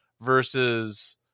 versus